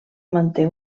manté